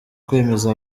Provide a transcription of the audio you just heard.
kwemeza